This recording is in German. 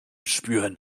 spüren